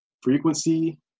frequency